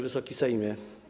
Wysoki Sejmie!